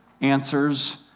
answers